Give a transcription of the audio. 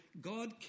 God